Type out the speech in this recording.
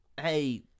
Hey